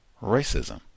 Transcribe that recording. racism